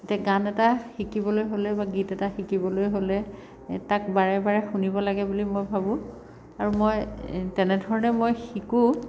এতিয়া গান এটা শিকিবলৈ হ'লে বা গীত এটা শিকিবলৈ হ'লে তাক বাৰে বাৰে শুনিব লাগে বুলি মই ভাবোঁ আৰু মই তেনেধৰণে মই শিকোঁ